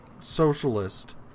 socialist